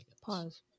pause